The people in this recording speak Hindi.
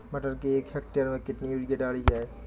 मटर के एक हेक्टेयर में कितनी यूरिया डाली जाए?